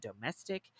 domestic